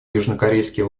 южнокорейские